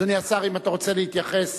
אדוני השר, אם אתה רוצה להתייחס,